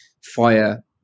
fire